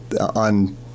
on